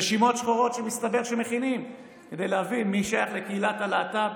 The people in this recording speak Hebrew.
רשימות שחורות שמסתבר שמכינים כדי להבין מי שייך לקהילת הלהט"ב